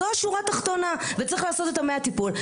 זאת השורה התחתונה וצריך לעשות את 100 הטיפול.